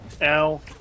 Al